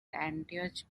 antioch